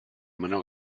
menor